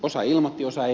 osa ilmoitti osa ei